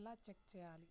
ఎలా చెక్ చేయాలి?